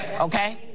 Okay